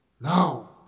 Now